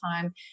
time